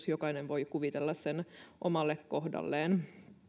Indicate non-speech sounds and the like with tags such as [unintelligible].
[unintelligible] jokainen voi kuvitella sen omalle kohdalleen